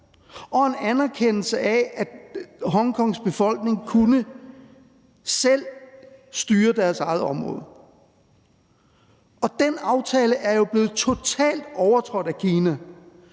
og en anerkendelse af, at Hongkongs befolkning selv kunne styre deres eget område. Den aftale er jo blevet totalt overtrådt af Kina,